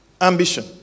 ambition